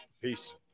Peace